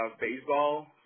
baseball